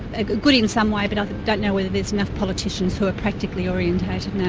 ah good good in some way, but i don't know whether there's enough politicians who are practically orientated now.